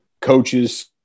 coaches